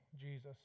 Jesus